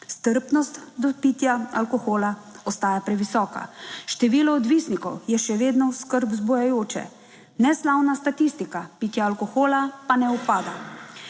Strpnost do pitja alkohola ostaja previsoka. Število odvisnikov je še vedno skrb vzbujajoče. Neslavna statistika pitja alkohola pa ne upada.